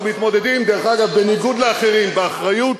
אנחנו מתמודדים, דרך אגב, בניגוד לאחרים, באחריות,